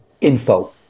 info